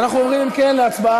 ואנחנו עוברים אם כן להצבעה.